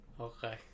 Okay